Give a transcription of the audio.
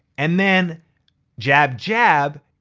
and then jab, jab,